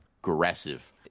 aggressive